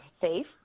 safe